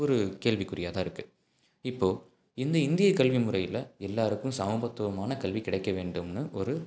ஒரு கேள்விக்குறியாக தான் இருக்குது இப்போது இந்த இந்திய கல்வி முறையில் எல்லோருக்கும் சமத்துவமான கல்வி கிடைக்க வேண்டும்னு ஒரு